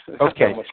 Okay